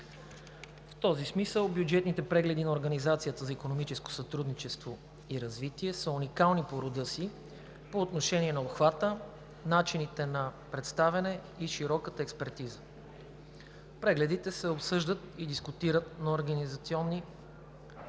В този смисъл бюджетните прегледи на Организацията за икономическо сътрудничество и развитие са уникални по рода си по отношение на обхвата, начините на представяне и широката експертиза. Прегледите се обсъждат и дискутират на организирани от